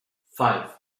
five